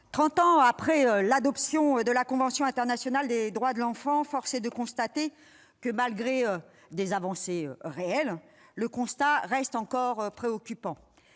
ans après l'adoption de la convention internationale des droits de l'enfant, force est d'observer que, malgré des avancées réelles, le constat reste encore très préoccupant.